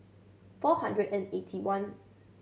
four hundred and eighty one